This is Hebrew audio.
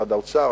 משרד האוצר,